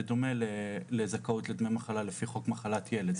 בדומה לזכאות לדמי מחלה לפי חוק מחלת ילד.